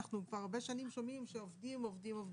אנחנו כבר הרבה שנים שומעים שעובדים עובדים,